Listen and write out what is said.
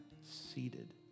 seated